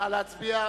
בבקשה, נא להצביע.